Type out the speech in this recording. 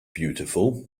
beautiful